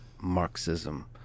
Marxism